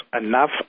enough